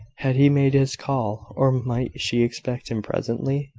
had he made his call, or might she expect him presently?